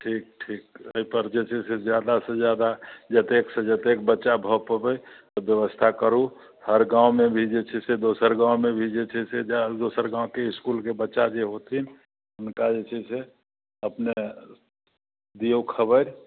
ठीक ठीक एहिपर जत्तेक से जादा से जादा जतेक से जतेक बच्चा भऽ पबै तऽ व्यवस्था करू हर गावँमे भी जे छै से दोसर गावँमे भी जे छै से जाउ दोसर गावँके इसकुलके बच्चा जे होथिन हुनका जे छै से अपने दियौ खबरि